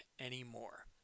anymore